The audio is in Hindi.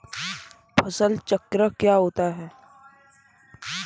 फसल चक्र क्या होता है?